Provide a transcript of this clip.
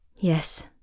Yes